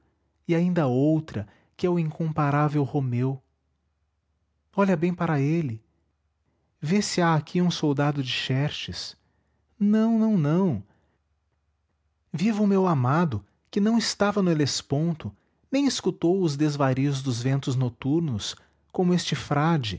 e ainda outra que é o incomparável romeu olha bem para ele vê se há aqui um soldado de xerxes não não não viva o meu amado que não estava no helesponto nem escutou os desvarios dos ventos noturnos como este frade